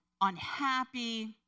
unhappy